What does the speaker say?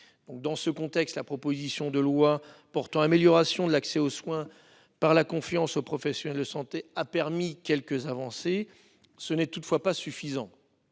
Dans ce contexte, la proposition de loi portant amélioration de l'accès aux soins par la confiance aux professionnels de santé, dite Rist, a permis quelques avancées. Ce n'est toutefois pas suffisant.